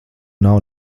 nav